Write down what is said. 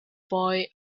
boy